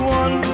one